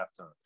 halftime